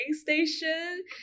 station